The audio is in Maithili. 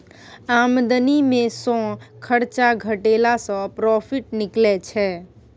आमदनी मे सँ खरचा घटेला सँ प्रोफिट निकलै छै